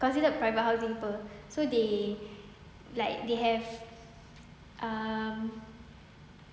considered private housing [pe] so they like they have um